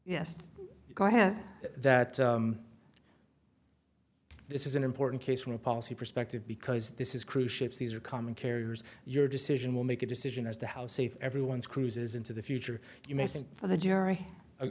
have that this is an important case from a policy perspective because this is cruise ships these are common carriers your decision will make a decision as to how safe everyone's cruises into the future you may think for the jury